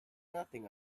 nothing